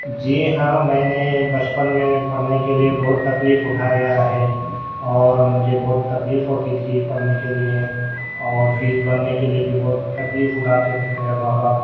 جی ہاں میں نے بچپن میں پڑھنے کے لیے بہت تکلیف اٹھایا ہے اور مجھے بہت تکلیف ہوتی تھی پڑھنے کے لیے اور فیس بھرنے کے لیے بھی بہت تکلیف اٹھاتے تھے میرے ماں باپ